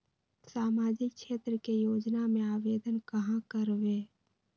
सामाजिक क्षेत्र के योजना में आवेदन कहाँ करवे?